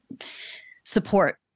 support